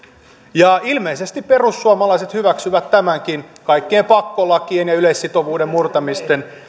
ilmeisesti perussuomalaiset hyväksyvät tämänkin kaikkien pakkolakien ja yleissitovuuden murtamisten